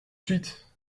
suite